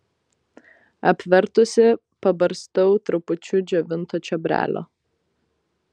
apvertusi pabarstau trupučiu džiovinto čiobrelio